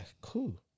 cool